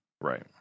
Right